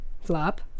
Flop